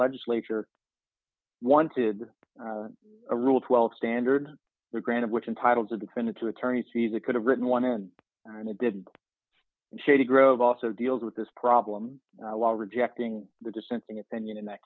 legislature wanted a rule twelve standard for granted which entitles a defendant to attorneys to use it could have written one in and it didn't shady grove also deals with this problem a lot of rejecting the dissenting opinion in that